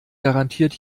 garantiert